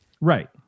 right